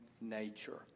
nature